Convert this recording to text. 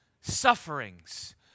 sufferings